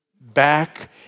back